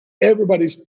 everybody's